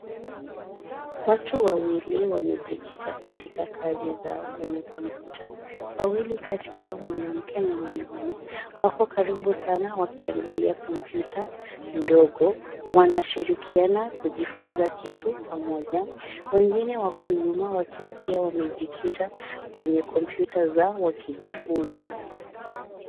Watu wawili wamejikita katika kazi zao kwenye komyuta, wawili kati yao ni mwanamke wako karibu sana wakiangalia kompyuta ndogo, wanashirikiana kujifunza kitu pamoja. Wengine wako nyuma wakiwa pia wamejikita kwenye kompyuta zao wakijifunza.